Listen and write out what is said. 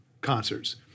concerts